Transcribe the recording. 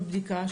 בבדיקה,